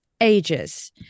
ages